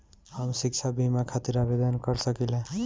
हम शिक्षा बीमा खातिर आवेदन कर सकिला?